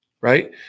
right